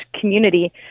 community